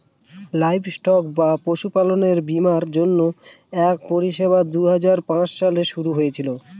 livestock বা পশুপালনের বীমার জন্য এক পরিষেবা দুই হাজার পাঁচে শুরু হয়েছিল